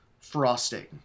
frosting